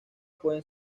pueden